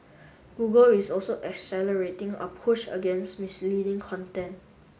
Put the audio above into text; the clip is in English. Google is also accelerating a push against misleading content